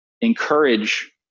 encourage